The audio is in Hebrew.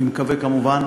אני מקווה, כמובן,